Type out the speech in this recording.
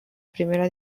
primera